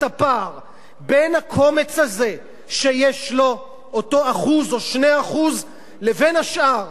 הפער בין הקומץ הזה שיש לו אותו 1% או 2% לבין השאר,